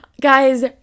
Guys